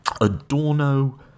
Adorno